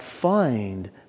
find